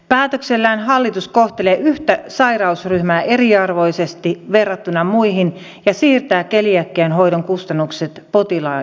päätöksellään hallitus kohtelee yhtä sairausryhmää eriarvoisesti verrattuna muihin ja siirtää keliakian hoidon kustannukset potilaan vastuulle